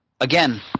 again